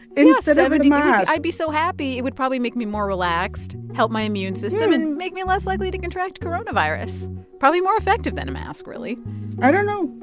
instead of the mask yeah. i'd be so happy. it would probably make me more relaxed, help my immune system and make me less likely to contract coronavirus probably more effective than a mask, really i don't know,